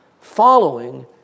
following